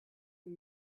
and